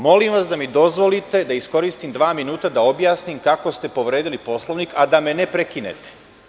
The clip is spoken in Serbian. Molim vas da mi dozvolite da iskoristim dva minuta da objasnim kako ste povredili Poslovnik, a da me ne prekinete.